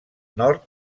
nord